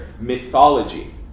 mythology